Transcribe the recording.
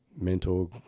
mentor